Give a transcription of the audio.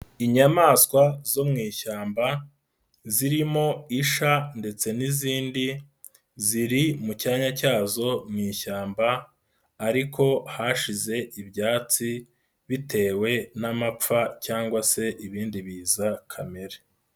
lnyamaswa zo mu ishyamba, zirimo isha, ndetse n'izindi.. Ziri mu cyanya cyazo mu ishyamba ,ariko hashize ibyatsi ,bitewe n'amapfa cyangwa se ibindi biza kamere.